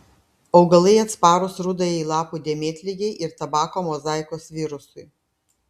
augalai atsparūs rudajai lapų dėmėtligei ir tabako mozaikos virusui